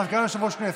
אתה סגן יושב-ראש כנסת.